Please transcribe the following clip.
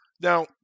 Now